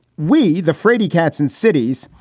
we, the fraidy cats in cities,